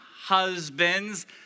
husbands